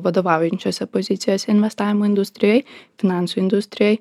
vadovaujančiose pozicijose investavimo industrijoj finansų industrijoj